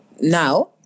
now